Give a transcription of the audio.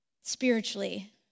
spiritually